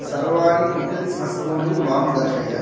सर्वाणि पिक्ल्स् वस्तूनि मां दर्शय